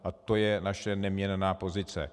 A to je naše neměnná pozice.